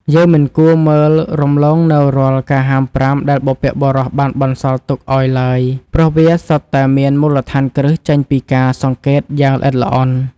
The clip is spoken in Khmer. យើងមិនគួរមើលរំលងនូវរាល់ការហាមប្រាមដែលបុព្វបុរសបានបន្សល់ទុកឱ្យឡើយ ព្រោះវាសុទ្ធតែមានមូលដ្ឋានគ្រឹះចេញពីការសង្កេតយ៉ាងល្អិតល្អន់។